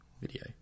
video